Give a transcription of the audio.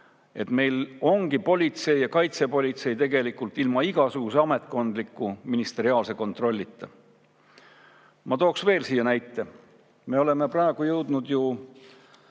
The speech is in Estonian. et meil on politsei ja kaitsepolitsei tegelikult ilma igasuguse ametkondliku, ministeeriumipoolse kontrollita. Ma tooksin veel siia näite. Me oleme praegu jõudnud ühes